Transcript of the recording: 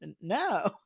no